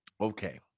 Okay